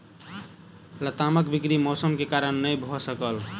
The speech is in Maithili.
लतामक बिक्री मौसम के कारण नै भअ सकल